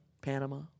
Panama